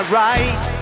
right